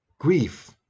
Grief